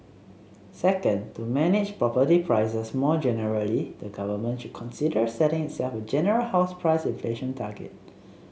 second to manage property prices more generally the government should consider setting itself a general house price inflation target